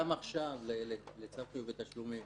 הוא שילם תשלום אחד,